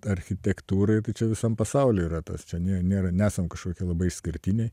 architektūrai tai čia visam pasaulyje yra tas čia ne nėra nesam kažkokie labai išskirtiniai